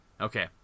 Okay